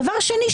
דבר שני,